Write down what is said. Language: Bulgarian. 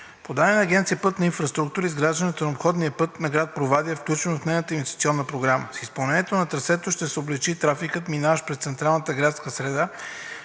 по данни на Агенция „Пътна инфраструктура“ изграждането на обходния път на град Провадия е включено в нейната инвестиционна програма. С изпълнението на трасето ще се облекчи трафикът, преминаващ през централната градска среда,